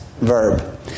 verb